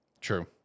True